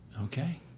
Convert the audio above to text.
Okay